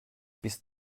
bist